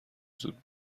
زود